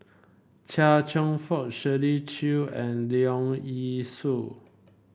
Chia Cheong Fook Shirley Chew and Leong Yee Soo